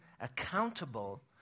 accountable